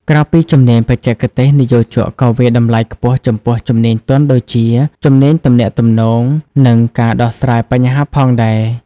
ក្រៅពីជំនាញបច្ចេកទេស និយោជកក៏វាយតម្លៃខ្ពស់ចំពោះជំនាញទន់ដូចជា ជំនាញទំនាក់ទំនង និងការដោះស្រាយបញ្ហាផងដែរ។